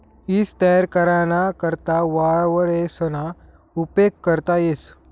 ईज तयार कराना करता वावरेसना उपेग करता येस